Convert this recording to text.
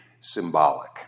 symbolic